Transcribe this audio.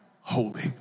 holy